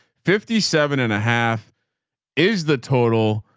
fifty seven and a half is the total.